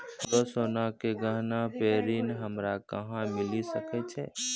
हमरो सोना के गहना पे ऋण हमरा कहां मिली सकै छै?